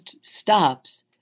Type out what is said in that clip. stops